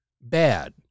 bad